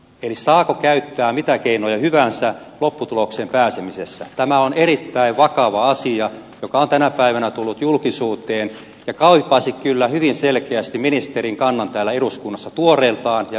ei saa käyttää mitä keinoja hyvänsä lopputulokseen pääsemisessä tämä on erittäin vakava asia joka on tänä päivänä tullut julkisuuteen ja kaipaisi kyllä hyvin selkeästi ministerin kannan täällä eduskunnassa tuoreeltaan ja